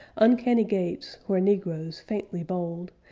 uncanny gates, where negroes faintly bold,